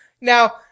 Now